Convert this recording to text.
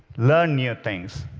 learn new things,